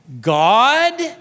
God